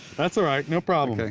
that's all right no problem, like